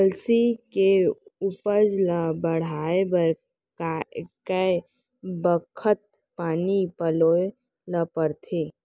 अलसी के उपज ला बढ़ए बर कय बखत पानी पलोय ल पड़थे?